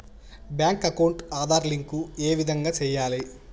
Bank account Aadhaar link ఏ విధంగా సెయ్యాలి?